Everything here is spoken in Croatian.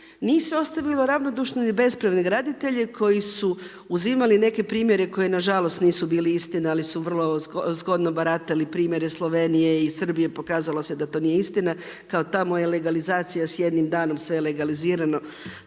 nisu ostali ravnodušni ni bespravni graditelji koji su uzimali neke primjere koji nažalost nisu bili istina ali su vrlo zgodno baratali primjere Slovenije i Srbije, pokazalo se da to nije istina kao tamo je legalizacija s jednim danom sve je legalizirano,